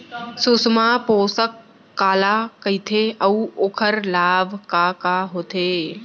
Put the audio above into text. सुषमा पोसक काला कइथे अऊ ओखर लाभ का का होथे?